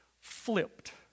flipped